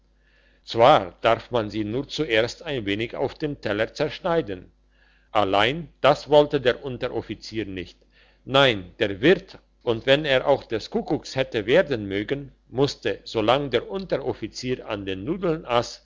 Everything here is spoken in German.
zwar darf man sie nur zuerst ein wenig auf dem teller zerschneiden allein das wollte der unteroffizier nicht nein der wirt und wenn er auch des kuckucks hätte werden mögen musste solang der unteroffizier an den nudeln ass